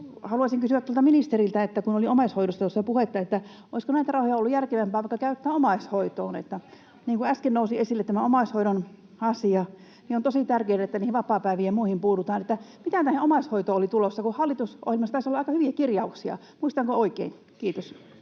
Haluaisin kysyä ministeriltä, kun oli omaishoidosta tuossa puhetta, olisiko näitä rahoja ollut järkevämpää käyttää vaikka omaishoitoon. Kun äsken nousi esille tämä omaishoidon asia, on tosi tärkeää, että vapaapäiviin ja muihin puututaan. Mitä tähän omaishoitoon oli tulossa, kun hallitusohjelmassa taisi olla aika hyviä kirjauksia? Muistanko oikein? — Kiitos.